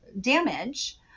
damage